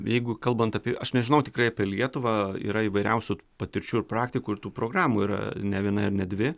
jeigu kalbant apie aš nežinau tikrai apie lietuvą yra įvairiausių patirčių ir praktikų ir tų programų yra ne viena ir ne dvi